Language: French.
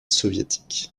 soviétique